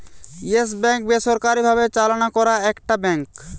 yes Bank বেসরকারি ভাবে চালনা করা একটা ব্যাঙ্ক